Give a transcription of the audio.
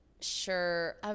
sure –